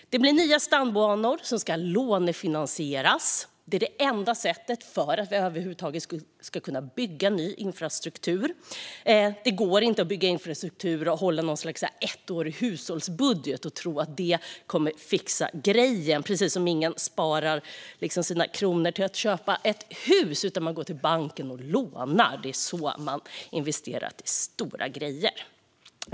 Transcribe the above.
Det blir nya stambanor, som ska lånefinansieras. Det är det enda sättet för att vi över huvud taget ska kunna bygga ny infrastruktur. Det går inte att bygga infrastruktur och hålla något slags ettårig hushållsbudget och tro att det kommer att fixa grejen, precis som ingen sparar sina kronor för att köpa ett hus. Man går till banken och lånar. Det är så man finansierar stora grejer.